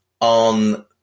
on